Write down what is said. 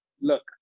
look